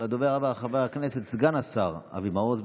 הדובר הבא, חבר הכנסת סגן השר אבי מעוז.